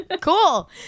cool